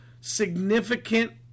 significant